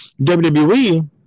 wwe